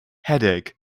headache